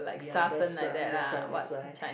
ya that's why that's why that's why